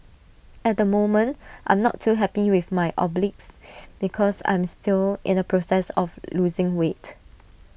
at the moment I'm not too happy with my obliques because I'm still in the process of losing weight